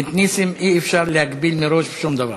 את נסים אי-אפשר להגביל מראש בשום דבר.